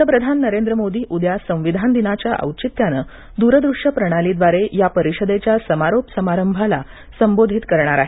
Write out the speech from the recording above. पतप्रधान नरेंद्र मोदी उद्या संविधान दिनाच्या औचित्यानं द्रदृश्यप्रणालीद्वारे या परिषदेच्या समारोप समारंभाला संबोधित करणार आहेत